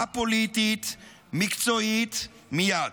א-פוליטית, מקצועית, מייד.